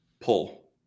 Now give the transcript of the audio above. pull